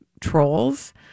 trolls